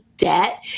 debt